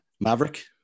Maverick